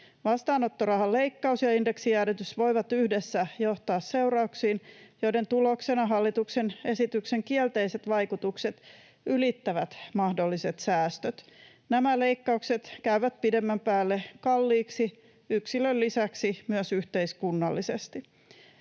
Vastaanottorahan leikkaus ja indeksijäädytys voivat yhdessä johtaa seurauksiin, joiden tuloksena hallituksen esityksen kielteiset vaikutukset ylittävät mahdolliset säästöt. Nämä leikkaukset käyvät pidemmän päälle kalliiksi yksilön lisäksi myös yhteiskunnallisesti.